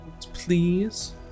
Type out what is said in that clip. Please